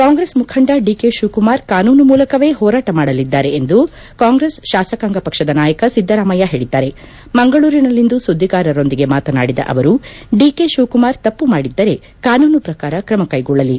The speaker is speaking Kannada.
ಕಾಂಗ್ರೆಸ್ ಮುಖಂಡ ಡಿಕೆ ಶಿವಕುಮಾರ್ ಕಾನೂನು ಮೂಲಕವೇ ಹೋರಾಟ ಮಾಡಲಿದ್ದಾರೆ ಎಂದು ಕಾಂಗ್ರೆಸ್ ಶಾಸಕಾಂಗ ಪಕ್ಷದ ನಾಯಕ ಸಿದ್ದರಾಮಯ್ನ ಹೇಳದ್ದಾರೆ ಮಂಗಳೂರಿನಲ್ಲಿಂದು ಸುದ್ದಿಗಾರರೊಂದಿಗೆ ಮಾತನಾಡಿದ ಅವರು ಡಿಕೆ ಶಿವಕುಮಾರ್ ತಪ್ಪು ಮಾಡಿದ್ದರೆ ಕಾನೂನು ಪ್ರಕಾರ ಕ್ರಮ ಕೈಗೊಳ್ಳಲಿ